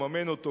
לממן אותו,